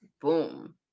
Boom